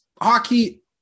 hockey